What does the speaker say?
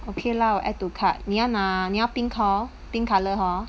okay lah add to cart 你要拿你要 pink color hor pink colour hor